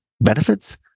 Benefits